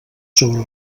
sobre